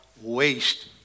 waste